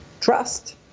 trust